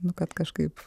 nu kad kažkaip